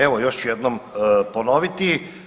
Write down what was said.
Evo, još ću jednom ponoviti.